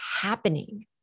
happening